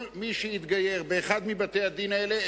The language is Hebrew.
כל מי שהתגייר באחד מבתי-הדין האלה,